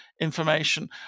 information